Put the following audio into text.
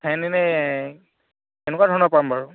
ফেন এনেই কেনেকুৱা ধৰণৰ পাম বাৰু